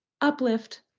Uplift